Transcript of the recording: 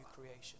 creation